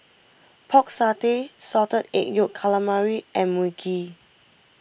Pork Satay Salted Egg Yolk Calamari and Mui Kee